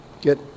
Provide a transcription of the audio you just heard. get